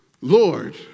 Lord